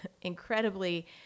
incredibly